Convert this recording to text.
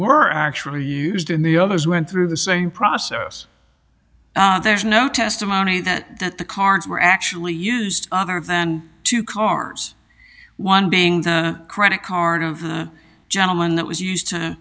were actually used in the others went through the same process there's no testimony that the cards were actually used other than two cars one being the credit card of the gentleman that was used to